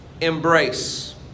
Embrace